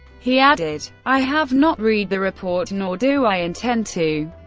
he added, i have not read the report, nor do i intend to.